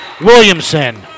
Williamson